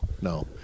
no